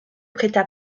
prêta